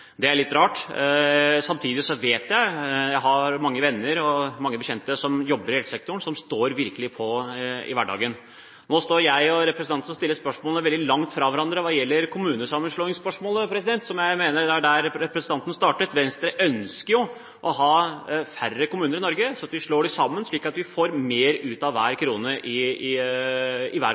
Det er litt rart. Samtidig vet jeg at mange – jeg har venner og bekjente som jobber i helsesektoren – virkelig står på i hverdagen. Nå står jeg og representanten som stiller spørsmål, veldig langt fra hverandre i kommunesammenslåingsspørsmålet – jeg mener det er der representanten startet. Venstre ønsker jo å ha færre kommuner i Norge, at vi slår dem sammen, slik at vi får mer ut av hver krone i